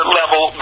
level